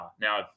Now